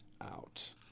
out